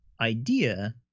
idea